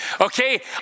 Okay